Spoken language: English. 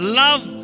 love